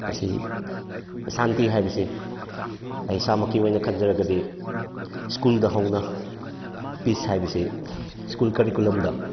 ꯃꯁꯤ ꯁꯥꯟꯇꯤ ꯍꯥꯏꯕꯁꯦ ꯑꯩ ꯏꯁꯥꯃꯛꯀꯤ ꯑꯣꯏꯅ ꯈꯟꯖꯔꯒꯗꯤ ꯁ꯭ꯀꯨꯜꯗ ꯍꯧꯅ ꯄꯤꯁ ꯍꯥꯏꯕꯁꯦ ꯁ꯭ꯀꯨꯜ ꯀꯔꯤꯀꯨꯂꯝꯗ